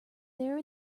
there